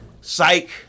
Psych